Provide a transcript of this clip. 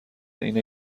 اینه